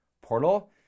portal